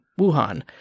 Wuhan